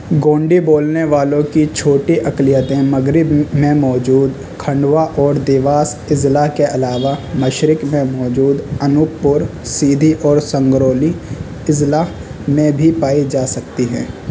گونڈی بولنے والوں کی چھوٹی اقلیتیں مغرب میں موجود کھنڈوا اور دیواس اضلاع کے علاوہ مشرق میں موجود انوپ پور سیدھی اور سنگرولی اضلاع میں بھی پائی جا سکتی ہیں